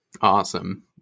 Awesome